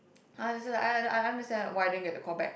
ah that's why I I I understand why I didn't get the callback